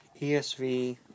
ESV